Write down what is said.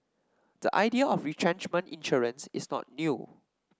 the idea of retrenchment insurance is not new